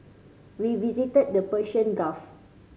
we visited the Persian Gulf